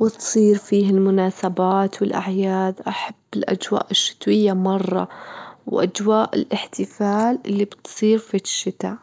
وتصير فيه المناسبات والأعياد، أحب الأجواء الشتوية مرة، وأجواء الأحتفال اللي بتصير في الشتا